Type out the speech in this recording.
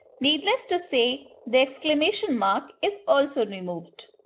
needless to say, the exclamation mark is also removed.